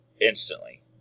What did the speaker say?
instantly